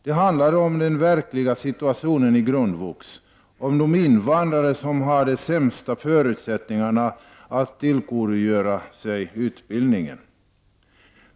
Det handlar om den verkliga situationen i grundvux och de invandrare som har de sämsta förutsättningarna att tillgodogöra sig utbildningen.